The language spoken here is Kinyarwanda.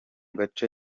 gace